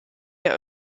der